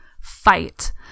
fight